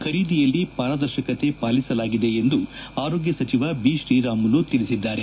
ಖರೀದಿಯಲ್ಲಿ ಪಾರದರ್ಶಕತೆ ಪಾಲಿಸಲಾಗಿದೆ ಎಂದು ಆರೋಗ್ಯ ಸಚಿವ ಬಿತ್ರೀರಾಮುಲು ತಿಳಿಸಿದ್ದಾರೆ